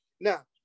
now